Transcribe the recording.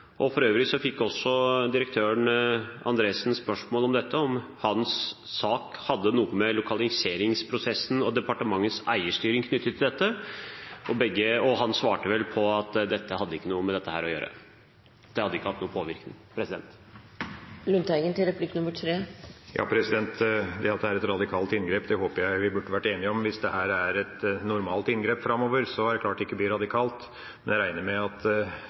For øvrig fikk også direktør Andersen spørsmål om dette, om hans sak hadde noe med lokaliseringsprosessen og departementets eierstyring knyttet til dette å gjøre. Han svarte vel at det ikke hadde noe med dette å gjøre – det hadde ikke hatt noen påvirkning. Det at det er et radikalt inngrep, burde vi være enige om. Hvis dette blir et normalt inngrep framover, så er det klart at det ikke blir radikalt. Men jeg regner med at